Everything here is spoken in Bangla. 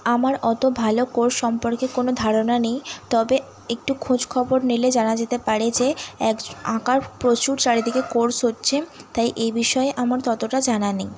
আমার অত ভালো কোর্স সম্পর্কে কোনো ধারণা নেই তবে একটু খোঁজ খবর নিলে জানা যেতে পারে যে এখন আঁকার প্রচুর চারিদিকে কোর্স হচ্ছে তাই এই বিষয়ে আমার ততটা জানা নেই